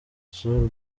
soul